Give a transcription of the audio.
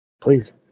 Please